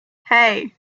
hey